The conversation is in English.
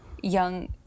young